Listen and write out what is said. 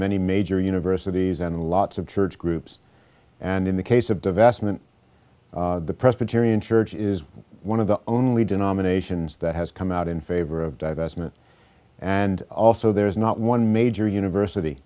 many major universities and lots of church groups and in the case of divestment the presbyterian church is one of the only denominations that has come out in favor of divestment and also there is not one major university